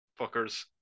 fuckers